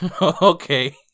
okay